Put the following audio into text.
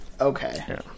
Okay